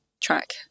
track